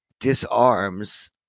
Disarms